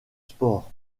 sport